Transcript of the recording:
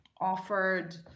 offered